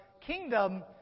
kingdom